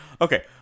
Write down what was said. Okay